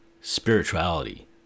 spirituality